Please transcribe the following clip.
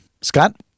Scott